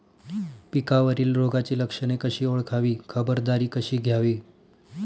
पिकावरील रोगाची लक्षणे कशी ओळखावी, खबरदारी कशी घ्यावी?